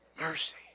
Mercy